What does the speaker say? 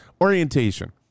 orientation